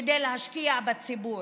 כדי להשקיע בציבור.